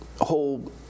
whole